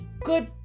good